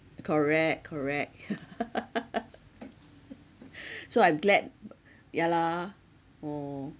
correct correct so I'm glad ya lah oh